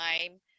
time